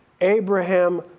Abraham